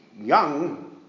young